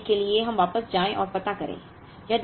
अब यह करने के लिए कि हम वापस जाएं और पता करें